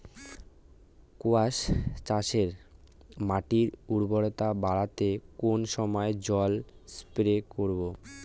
কোয়াস চাষে মাটির উর্বরতা বাড়াতে কোন সময় জল স্প্রে করব?